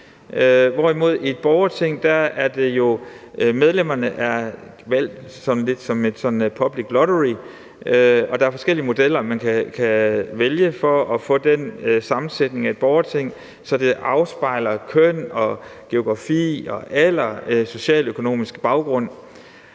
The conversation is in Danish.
i et borgerting jo er valgt sådan lidt som et public lottery, og der er forskellige modeller, man kan vælge for at få den sammensætning af et borgerting, så det afspejler køn, geografi, alder og socialøkonomisk baggrund.